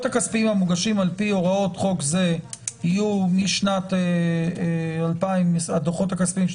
הכספיים שמוגשים לפי הוראות חוק זה יהיו משנת 2022 ואילך,